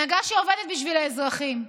הנהגה שעובדת בשביל האזרחים.